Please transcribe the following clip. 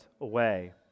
away